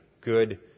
good